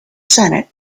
senate